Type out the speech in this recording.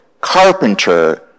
Carpenter